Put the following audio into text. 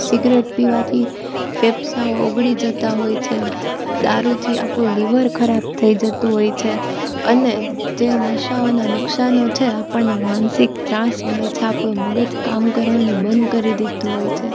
cigarette પીવાથી ફેફસાઓ ઓગળી જતાં હોય છે દારૂથી આપણું લીવર ખરાબ થઈ જતું હોય છે અને જે નશાઓનાં નુક્સાનો છે આપણને માનસિક ત્રાસ મળે છે આપણો મગજ કામ કરવાનું બંધ કરી દીધું હોય છે